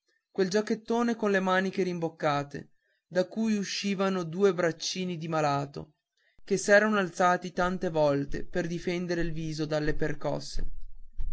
quel giacchettone con le maniche rimboccate da cui uscivano due braccini di malato che s'erano alzati tante volte per difendere il viso dalle percosse